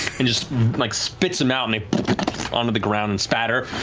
and just like spits them out, and they onto the ground and spatter.